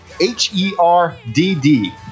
h-e-r-d-d